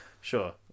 Sure